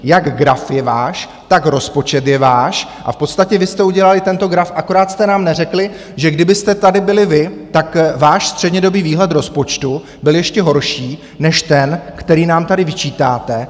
Jak graf je váš, tak rozpočet je váš a v podstatě vy jste udělali tento graf, akorát jste nám neřekli, že kdybyste tady byli vy, tak váš střednědobý výhled rozpočtu byl ještě horší než ten, který nám tady vyčítáte.